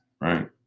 right